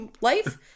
life